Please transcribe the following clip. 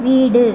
வீடு